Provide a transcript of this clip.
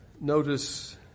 Notice